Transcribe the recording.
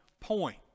point